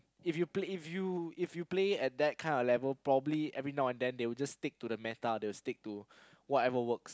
if you play if you if you play at that kind of level probably every now and then they will just stick to the meta they will stick to whatever work